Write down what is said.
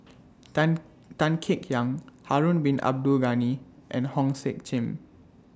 Tan Tan Kek Hiang Harun Bin Abdul Ghani and Hong Sek Chern